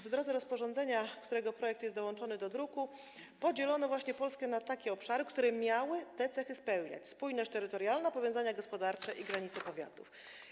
W drodze rozporządzenia, którego projekt jest dołączony do druku, podzielono Polskę właśnie na takie obszary, które miały te cechy spełniać: spójność terytorialną, powiązania gospodarcze i granice powiatów.